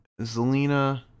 Zelina